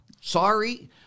Sorry